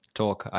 talk